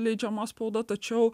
leidžiama spauda tačiau